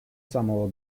самого